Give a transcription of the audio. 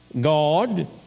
God